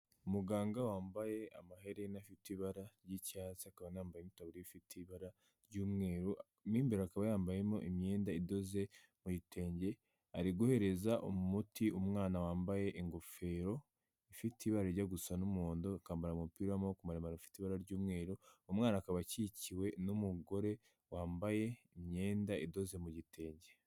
Umuganga wambaye amaherena afite ibara ry'icyatsi akaba anambaye n'itaburiya ifite ibara ry'umweru, mo imbere akaba yambayemo imyenda idoze mu bitenge, ari guhereza umuti umwana wambaye ingofero ifite ibara rijya gusa n'umuhondo, ukambara umupira w'amaboko maremare ufite ibara ry'umweru, umwana akaba akikiwe n'umugore wambaye imyenda idoze mu gitenge.